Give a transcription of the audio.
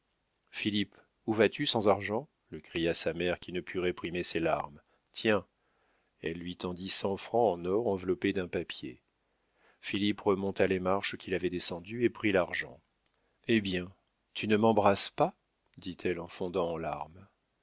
philippe où vas-tu sans argent lui cria sa mère qui ne put réprimer ses larmes tiens elle lui tendit cent francs en or enveloppés d'un papier philippe remonta les marches qu'il avait descendues et prit l'argent eh bien tu ne m'embrasses pas dit-elle en fondant en larmes